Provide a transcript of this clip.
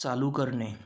चालू करणे